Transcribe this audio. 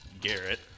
Garrett